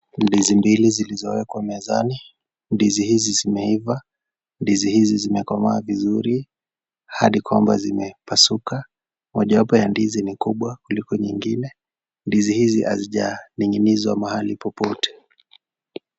Ndizi mbili zilizowekwa mezani. Ndizi hizi zimeiva. Ndizi hizi zimekomaa vizuri hadi kwamba zimepasuka. Moja wapo ya ndizi ni kubwa kuliko nyingine. Ndizi hizi hazijaning'inizwa mahali popote.